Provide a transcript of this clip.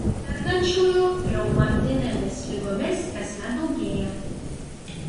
sergančiųjų reumatinėmis ligomis kasmet daugėja